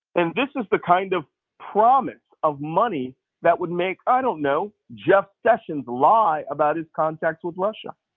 and this is the kind of promise of money that would make, i don't know, jeff sessions lie about his contacts with russia.